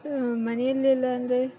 ಮನೆಯಲ್ಲೆಲ್ಲ ಅಂದರೆ